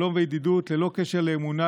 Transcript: שלום וידידות ללא קשר לאמונה,